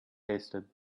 tasted